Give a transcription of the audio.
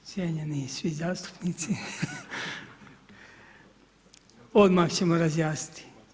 Cijenjeni svi zastupnici, odmah ćemo razjasniti.